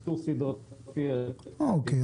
ייצור סדרתי --- אוקיי.